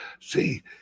see